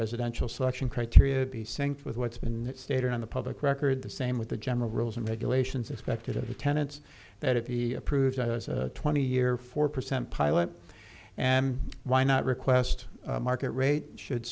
residential selection criteria to be sync with what's been stated in the public record the same with the general rules and regulations expected of the tenants that if he approved a twenty year four percent pilot and why not request market rate should